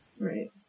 Right